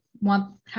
want